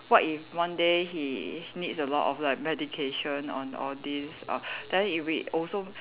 what if one day he needs a lot of like medication on all these uh then if he also